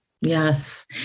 Yes